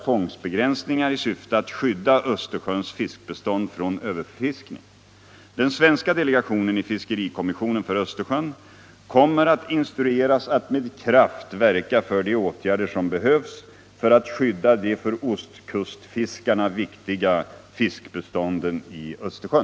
Den svenska delegationen i fiskerikommissionen för Östersjön kommer att instrueras att med kraft verka för de åtgärder som behövs för att skydda de för ostkustfiskarna viktiga fiskbestånden i Östersjön.